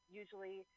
usually